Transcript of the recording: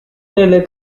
nelle